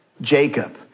Jacob